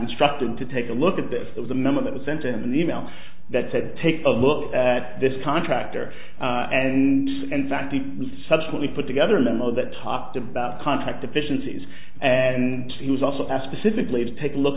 instructed to take a look at this it was a memo that was sent an e mail that said take a look at this contractor and in fact it subsequently put together a memo that talked about contract deficiencies and he was also asked pacifically to take a look